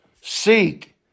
Seek